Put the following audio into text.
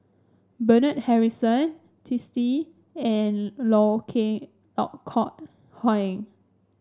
Bernard Harrison Twisstii and Loh king Kok Heng